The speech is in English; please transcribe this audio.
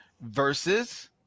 versus